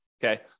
Okay